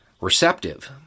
receptive